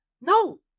No